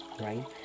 right